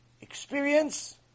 Experience